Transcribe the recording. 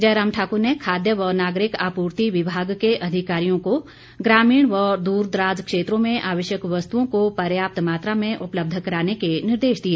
जयराम ठाकर ने खाद्य व नागरिक आपूर्ति विभाग के अधिकारियों को ग्रामीण व द्रदराज क्षेत्रों में आवश्यक वस्तुओं को पर्याप्त मात्रा में उपलब्ध कराने के निर्देश दिए